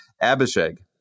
Abishag